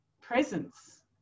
presence